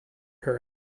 her